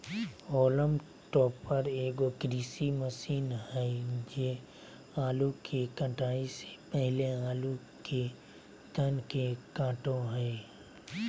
haulm topper एगो कृषि machine हइ जे आलू के कटाई से पहले आलू के तन के काटो हइ